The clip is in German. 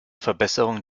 verbesserung